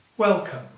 Welcome